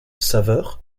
saveur